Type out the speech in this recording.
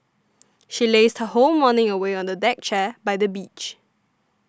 she lazed her whole morning away on a deck chair by the beach